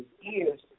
years